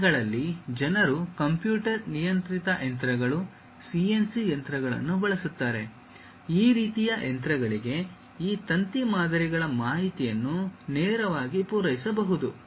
ಈ ದಿನಗಳಲ್ಲಿ ಜನರು ಕಂಪ್ಯೂಟರ್ ನಿಯಂತ್ರಿತ ಯಂತ್ರಗಳು CNC ಯಂತ್ರಗಳನ್ನು ಬಳಸುತ್ತಾರೆ ಈ ರೀತಿಯ ಯಂತ್ರಗಳಿಗೆ ಈ ತಂತಿ ಮಾದರಿಗಳ ಮಾಹಿತಿಯನ್ನು ನೇರವಾಗಿ ಪೂರೈಸಬಹುದು